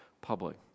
public